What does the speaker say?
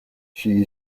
she